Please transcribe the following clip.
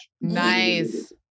Nice